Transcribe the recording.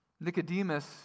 Nicodemus